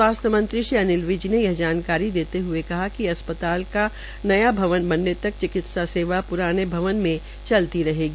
स्वास्थ्य मंत्री श्री अनिल विज ने यह जानकारी देते हुए कहा कि अस्पताल का न्या भवन तक चिकित्सा सेवा प्राने भवन में चलती रहेगी